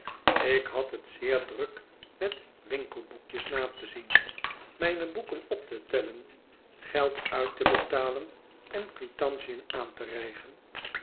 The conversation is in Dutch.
ik had het zeer druk met winkelboekjes nate zien mijne boeken op te tellen geld uit te betalen en quitantiën aan te rijgen